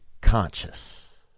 conscious